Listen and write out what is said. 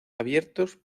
abiertos